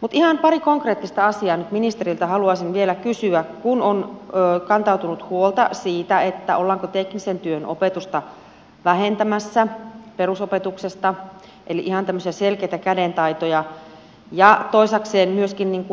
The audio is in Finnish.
mutta ihan pari konkreettista asiaa nyt ministeriltä haluaisin vielä kysyä kun on kantautunut huolta siitä ollaanko teknisen työn opetusta vähentämässä perusopetuksesta eli ihan tämmöisiä selkeitä kädentaitoja ja toisekseen myöskin